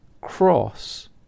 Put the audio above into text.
cross